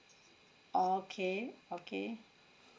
oh okay okay